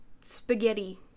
spaghetti